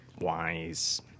Wise